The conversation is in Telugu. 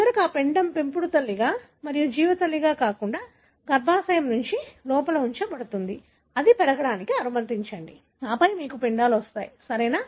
చివరికి ఆ పిండం పెంపుడు తల్లిగా మరియు జీవ తల్లిగా కాకుండా గర్భాశయం లోపల ఉంచబడుతుంది అది పెరగడానికి అనుమతించండి ఆపై మీకు పిండాలు వస్తాయి సరేనా